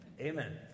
Amen